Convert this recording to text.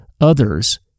others